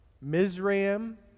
Mizraim